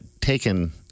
taken